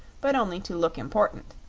but only to look important,